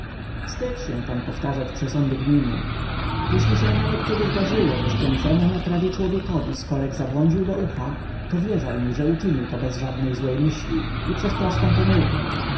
wstydź się pan powtarzać przesądy gminu jeśli się nawet kiedy zdarzyło że śpiącemu na trawie człowiekowi skorek zabłądził do ucha to wierzaj mi że uczynił to bez żadnej złej myśli i przez prostą